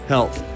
Health